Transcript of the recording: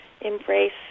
embrace